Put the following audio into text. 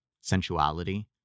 sensuality